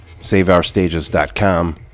Saveourstages.com